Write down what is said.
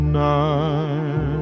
night